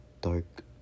dark